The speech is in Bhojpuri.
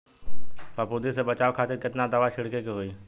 फाफूंदी से बचाव खातिर केतना दावा छीड़के के होई?